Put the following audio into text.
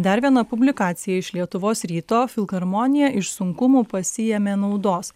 dar viena publikacija iš lietuvos ryto filharmonija iš sunkumų pasiėmė naudos